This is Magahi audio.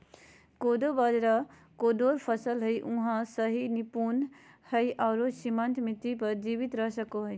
कोडो बाजरा कठोर फसल हइ, सूखा, सहिष्णु हइ आरो सीमांत मिट्टी पर जीवित रह सको हइ